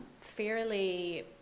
fairly